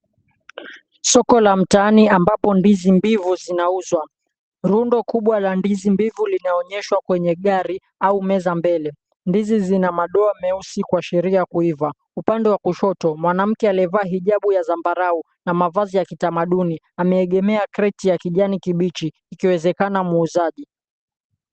Soko la mtaani ambapo ndizi mbivu zinauzwa. Rundo kubwa la ndizi mbingu linaonyeshwa kwenye gari au meza mbele. Ndizi zina madoa meusi kuashiria kuiva. Upande wa kushoto, mwanamke aliyevaa hijabu ya zambarau na mavazi ya kitamaduni ameegemea kreti ya kijani kibichi, ikiwezekana muuzaji.